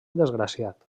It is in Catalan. desgraciat